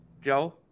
Joe